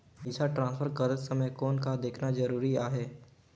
पइसा ट्रांसफर करत समय कौन का देखना ज़रूरी आहे?